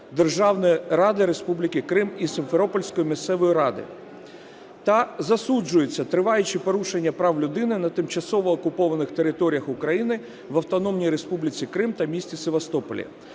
"державної ради Республіки Крим" і "Сімферопольської місцевої ради", та засуджуються триваючі порушення прав людини на тимчасово окупованих територіях України – в Автономній Республіці Крим та місті Севастополі.